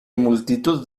multitud